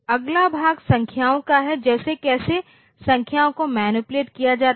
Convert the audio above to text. अगला भाग संख्याओं का है जैसे कैसे संख्याओं को मैनिपुलेट किया जाता है